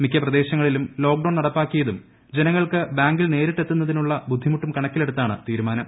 മിക്ക് പ്രദേശങ്ങളിലും ലോക്ഡൌൺ നടപ്പാക്കിയതും ജനങ്ങൾക്ക് ബാങ്കിൽ നേരിട്ട് എത്തുന്നതിനുള്ള ബുദ്ധിമുട്ടും കണക്കിലെടുത്താണ് തീരുമാനം